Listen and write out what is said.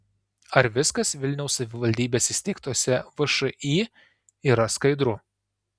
ar viskas vilniaus savivaldybės įsteigtose všį yra skaidru